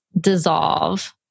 dissolve